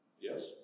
Yes